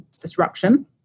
disruption